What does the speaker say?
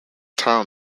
town